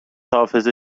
حافظه